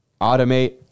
automate